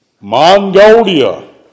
Mongolia